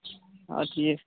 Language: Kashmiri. آ ٹھیٖک